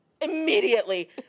Immediately